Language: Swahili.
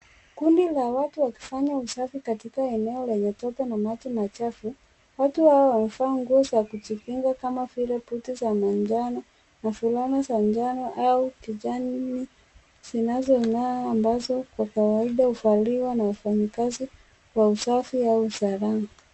Kundi la watu wakifanya usafi katika eneo lenye tope na maji machafu. Watu hawa wamevaa nguo za kujikinga kama vile buti za manjano na fulana za njano au kijani zinazong'aa ambazo kwa kawaida huvaliwa na wafanyikazi wa usafi au sanaa.